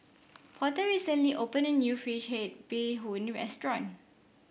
Porter recently opened a new fish head Bee Hoon restaurant